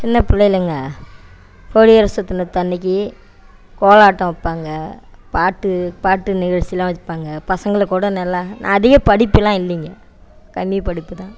சின்ன பிள்ளைலங்க கொடியரசு தினத்தன்னைக்கு கோலாட்டம் வைப்பாங்க பாட்டு பாட்டு நிகழ்ச்சிலாம் வைப்பாங்க பசங்களை கூட நல்லா நான் அதிகம் படிப்பெல்லாம் இல்லைங்க கம்மி படிப்பு தான்